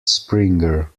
springer